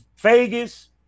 Vegas